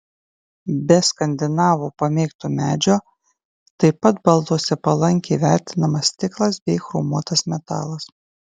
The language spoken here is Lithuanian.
be skandinavų pamėgto medžio taip pat balduose palankiai vertinamas stiklas bei chromuotas metalas